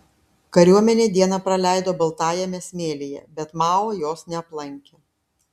kariuomenė dieną praleido baltajame smėlyje bet mao jos neaplankė